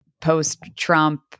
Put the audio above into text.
post-Trump